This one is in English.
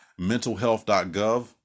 mentalhealth.gov